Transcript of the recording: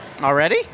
Already